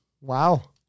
Wow